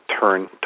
turn